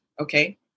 Okay